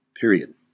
period